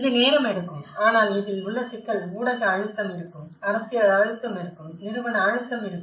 இது நேரம் எடுக்கும் ஆனால் இதில் உள்ள சிக்கல் ஊடக அழுத்தம் இருக்கும் அரசியல் அழுத்தம் இருக்கும் நிறுவன அழுத்தம் இருக்கும்